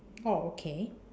oh okay